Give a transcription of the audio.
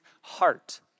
heart